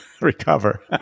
recover